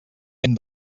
ben